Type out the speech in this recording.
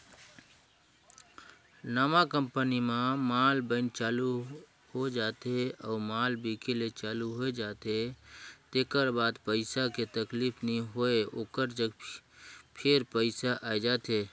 नवा कंपनी म माल बइन चालू हो जाथे अउ माल बिके ले चालू होए जाथे तेकर बाद पइसा के तकलीफ नी होय ओकर जग फेर पइसा आए जाथे